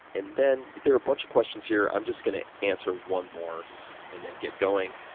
and then there are a bunch of questions here, i'm just going to answer one more and then get going,